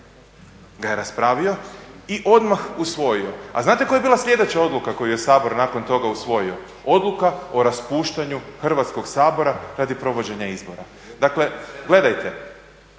ga je raspravio i odmah usvojio. A znate koja je bila sljedeća odluka koju je Sabor nakon toga usvojio? Odluka o raspuštanju Hrvatskog sabora radi provođenja izbora. Dakle, gledajte,